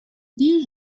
there